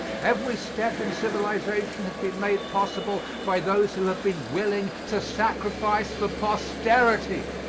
every step in civilization has been made possible by those who have been willing to sacrifice for posterity.